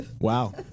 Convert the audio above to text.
wow